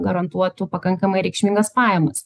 garantuotų pakankamai reikšmingas pajamas